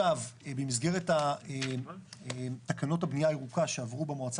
במסגרת תקנות הבנייה הירוקה שעברו במועצה